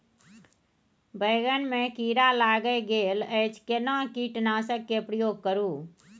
बैंगन में कीरा लाईग गेल अछि केना कीटनासक के प्रयोग करू?